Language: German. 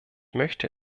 möchte